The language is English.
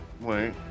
wait